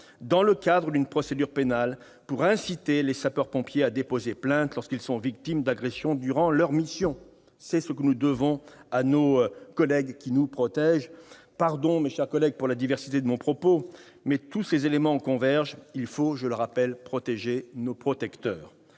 dans le cadre d'une procédure pénale pour inciter les sapeurs-pompiers à déposer plainte lorsqu'ils sont victimes d'agression durant leurs missions. Nous le devons à ces personnes qui nous protègent. Pardon, mes chers collègues, pour la diversité de mes propos, mais tous ces éléments convergent : il faut protéger nos protecteurs